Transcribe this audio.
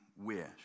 wish